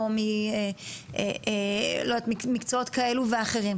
או מקצועות כאלו ואחרים.